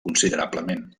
considerablement